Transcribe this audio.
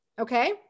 okay